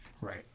Right